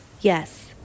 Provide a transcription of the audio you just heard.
Yes